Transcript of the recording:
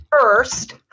first